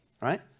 Right